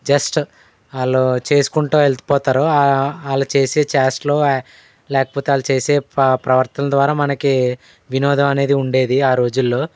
just వాళ్ళు చేసుకుంటా వెళ్ళిపోతారు వాళ్ళు చేసే చేష్టలు లేకపోతే వాళ్ళు చేసే ప్ర ప్రవర్తన ద్వారా మనకి వినోదం అనేది ఉండేది ఆ రోజుల్లో